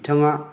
बिथाङा